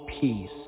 peace